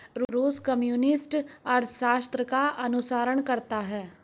रूस कम्युनिस्ट अर्थशास्त्र का अनुसरण करता है